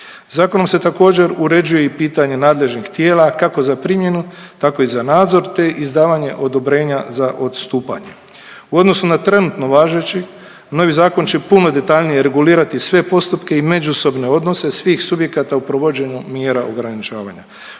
Zakonom se također uređuje i pitanje nadležnih tijela, kako za primjenu tako i za nadzor te izdavanje odobrenja za odstupanje. U odnosu na trenutno važeći novi zakon će puno detaljnije regulirati sve postupke i međusobne odnose svih subjekata u provođenju mjera ograničavanja,